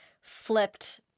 flipped